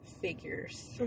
figures